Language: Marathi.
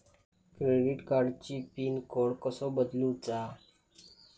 क्रेडिट कार्डची पिन कोड कसो बदलुचा?